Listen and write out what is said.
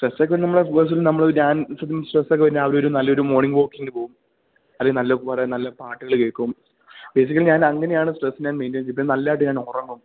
സ്ട്രെസൊക്കെ നമ്മള് അത്യാവശ്യം നമ്മളൊരു ഡാൻസൊക്കെ സ്ട്രെസൊക്കെ വരുമ്പൊ രാവിലെ ഒരു നല്ലൊരു മോണിങ്ങ് വാക്കിങ്ങിന് പോകും അത് നല്ലപോലെ നല്ല പാട്ടുകള് കേക്കും ബേസിക്കലി ഞാൻ അങ്ങനെയാണ് സ്ട്രെസ്സിനെ മെയിൻ്റയിൻ ചെയ്യുന്നത് പിന്നെ നല്ലായിട്ട് ഞാൻ ഒറങ്ങും